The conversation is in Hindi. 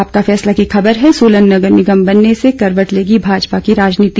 आपका फैसला की खबर है सोलन नगर निगम बनने से करवट लेगी भाजपा की राजनीति